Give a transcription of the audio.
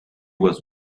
was